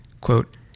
quote